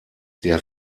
der